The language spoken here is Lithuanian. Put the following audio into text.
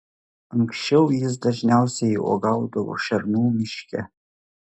anksčiau jis dažniausiai uogaudavo šernų miške